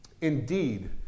Indeed